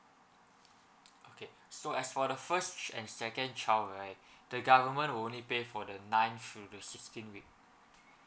okay so as for the first and second child right the government only pay for the ninth through the sixteen week